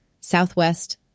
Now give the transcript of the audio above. Southwest